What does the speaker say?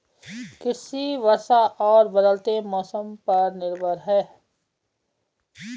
कृषि वर्षा और बदलते मौसम पर निर्भर है